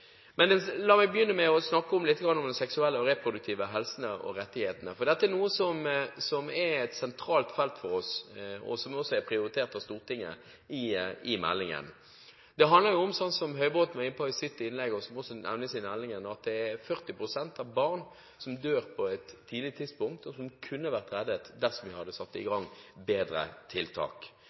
Men la meg begynne med å snakke lite grann om den seksuelle og reproduktive helsen og rettighetene, for dette er et sentralt felt for oss. Det er også prioritert av Stortinget. Som Høybråten var inne på i sitt innlegg, og som det også nevnes i meldingen, handler det om at 40 pst. av barna som dør på et tidlig tidspunkt, kunne vært reddet dersom vi hadde satt i gang bedre tiltak.